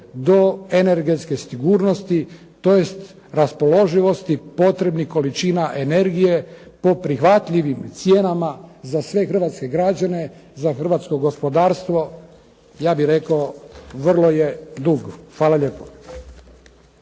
do energetske sigurnosti tj. raspoloživosti potrebnih količina energije po prihvatljivim cijenama za sve hrvatske građane, za hrvatsko gospodarstvo, ja bih rekao vrlo je dug. Hvala lijepo.